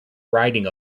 riding